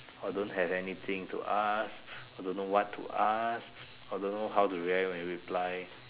or don't have anything to ask or don't know what to ask or don't know how to react when reply